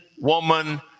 woman